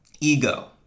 ego